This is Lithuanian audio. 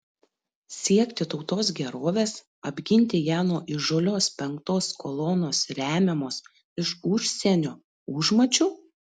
siekti tautos gerovės apginti ją nuo įžūlios penktos kolonos remiamos iš užsienio užmačių